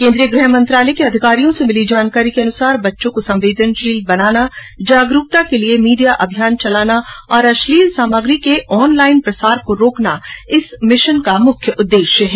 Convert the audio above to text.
केन्द्रीय गृह मंत्रालय के अधिकारियों से मिली जानकारी के अनुसार बच्चों को संवेदनशील बनाना जागरूकता के लिये मीडिया अभियान और अश्लील सामग्री के ऑनलाइन प्रसार को रोकना इस मिशन का उद्देश्य है